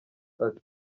ati